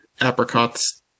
apricots